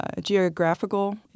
geographical